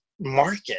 market